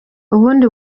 ubundi